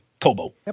Kobo